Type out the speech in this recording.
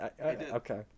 okay